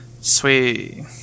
sweet